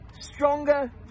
stronger